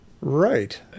Right